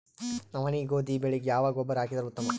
ನವನಿ, ಗೋಧಿ ಬೆಳಿಗ ಯಾವ ಗೊಬ್ಬರ ಹಾಕಿದರ ಉತ್ತಮ?